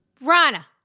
Rana